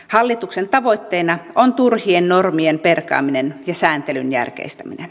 hallituksen tavoitteena on turhien normien perkaaminen ja sääntelyn järkeistäminen